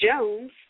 Jones